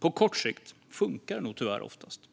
På kort sikt funkar det nog oftast, tyvärr.